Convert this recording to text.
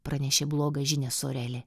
pranešė blogą žinią sorelė